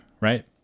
right